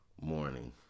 morning